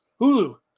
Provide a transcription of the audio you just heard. Hulu